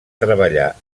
treballar